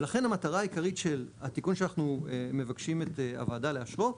ולכן המטרה העיקרית של התיקון שאנחנו מבקשים את הוועדה לאשרו,